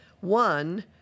One